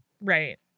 Right